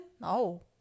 No